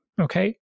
okay